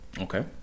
okay